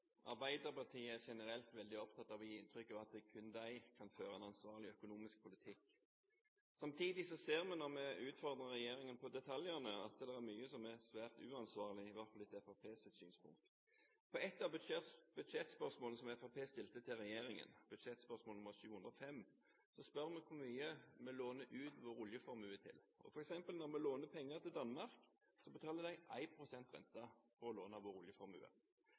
Arbeiderpartiet er generelt veldig opptatt av å gi inntrykk av at det kun er de som kan føre en ansvarlig økonomisk politikk. Samtidig ser vi når vi utfordrer regjeringen på detaljene, at det er mye som er svært uansvarlig – i hvert fall etter Fremskrittspartiets synspunkt. I et av budsjettspørsmålene som Fremskrittspartiet stilte til regjeringen – budsjettspørsmål nr. 705 – spør vi hvor mye vi låner ut oljeformuen vår til. Når vi f.eks. låner ut penger til Danmark, betaler de 1 pst. rente på lån av vår oljeformue.